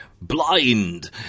blind